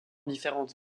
différente